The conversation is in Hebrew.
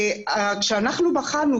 כשאנחנו בחנו,